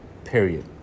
Period